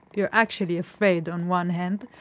you're actually afraid on one hand,